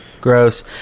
gross